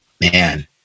man